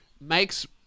makes